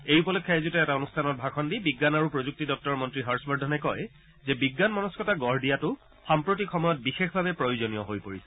এই উপলক্ষে আয়োজিত এটা অনুষ্ঠানত ভাষণ দি বিজ্ঞান প্ৰযুক্তি দপ্তৰৰ মন্ত্ৰী হৰ্ষবৰ্ধনে কয় যে বিজ্ঞান মনস্বতা গঢ় দিয়াটো সাম্প্ৰতিক সময়ত বিশেষভাবে প্ৰয়োজনীয় হৈ পৰিছে